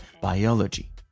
biology